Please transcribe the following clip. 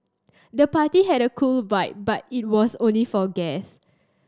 the party had a cool vibe but it was only for guest